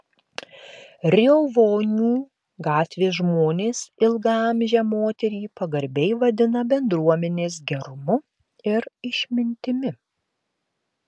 riovonių gatvės žmonės ilgaamžę moterį pagarbiai vadina bendruomenės gerumu ir išmintimi